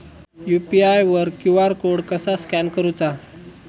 UPI वर QR code कसा scan करूचा?